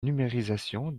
numérisation